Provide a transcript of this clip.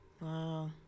Wow